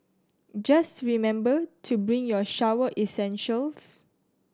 just remember to bring your shower essentials